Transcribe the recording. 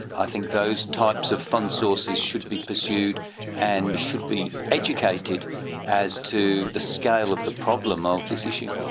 i think that those types of fund sources should be pursued and should be educated as to the scale of the problem of this issue.